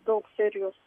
daug serijos